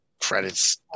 credits